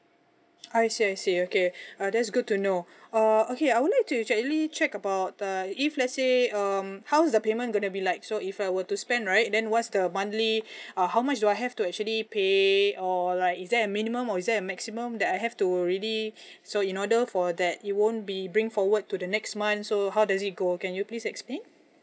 I see I see okay uh that's good to know uh okay I would like to actually check about uh if let's say um how is the payment gonna be like so if I were to spend right then what's the monthly uh how much do I have to actually pay or like is there a minimum or is there a maximum that I have to really so in order for that it won't be bring forward to the next month so how does it go can you please explain